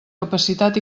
capacitat